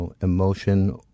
emotion